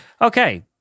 Okay